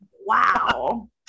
Wow